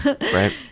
Right